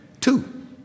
two